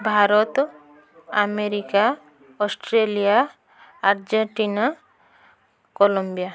Bharat America Australia Argentina Colombia